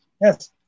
Yes